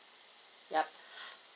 yup